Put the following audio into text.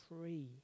free